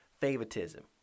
favoritism